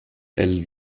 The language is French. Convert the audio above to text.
elle